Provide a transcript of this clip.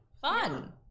fun